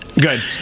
Good